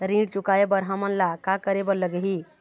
ऋण चुकाए बर हमन ला का करे बर लगही?